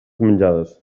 menjades